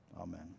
Amen